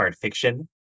fiction